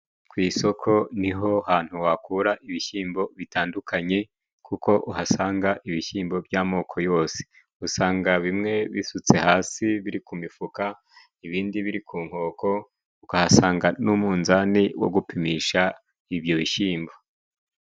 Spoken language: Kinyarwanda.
Ku isoko ni ho hantu wakura ibishyimbo bitandukanye, kuko uhasanga ibishyimbo by'amoko yose usanga bimwe bisutse hasi biri ku mifuka, ibindi biri ku nkoko ukahasanga n'umunzani wo gupimisha ibyo bishimbo.